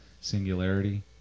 singularity